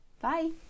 Bye